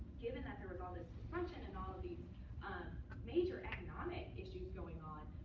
given that there was all this dysfunction, and all these major economic issues going on,